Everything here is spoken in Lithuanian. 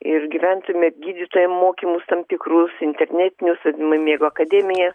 ir gyventume gydytojam mokymus tam tikrus internetinius miego akademija